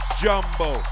jumbo